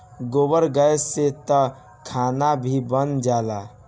गोबर गैस से तअ खाना भी बन जाला